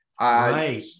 Right